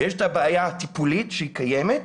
ויש את הבעיה הטיפולית שקיימת.